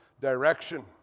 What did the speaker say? direction